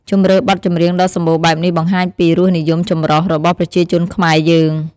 ជម្រើសបទចម្រៀងដ៏សម្បូរបែបនេះបង្ហាញពីរសនិយមចម្រុះ របស់ប្រជាជនខ្មែរយើង។